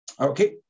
Okay